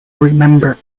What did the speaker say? remember